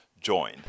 join